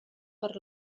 per